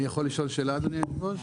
אני יכול לשאול שאלה אדוני יושב הראש?